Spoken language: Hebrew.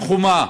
לעשות חומה,